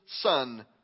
son